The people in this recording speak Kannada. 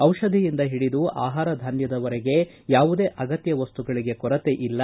ಜೌಷಧಿಯಿಂದ ಹಿಡಿದು ಆಹಾರ ಧಾನ್ಯದ ವರೆಗೆ ಯಾವುದೇ ಅಗತ್ತ ವಸ್ತುಗಳಿಗೆ ಕೊರತೆ ಇಲ್ಲ